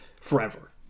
forever